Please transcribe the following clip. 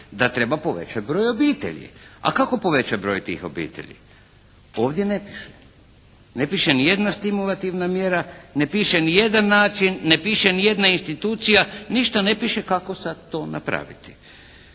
da treba povećati broj obitelji. A kako povećati broj tih obitelji, ovdje ne piše. Ne piše nijedna stimulativna mjera, ne piše nijedan način, ne piše nijedna institucija, ništa ne piše kako sada to napraviti.